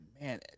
man